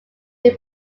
new